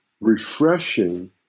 refreshing